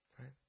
Right